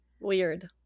weird